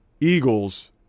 Eagles